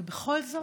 ובכל זאת,